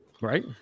Right